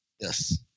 Yes